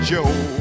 Joe